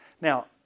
Now